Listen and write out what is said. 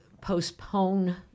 postpone